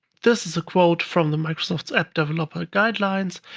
this is a quote from the microsoft app developer guidelines,